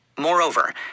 Moreover